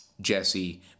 Jesse